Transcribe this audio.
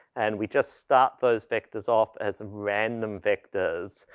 and we just start those vectors off as random vectors.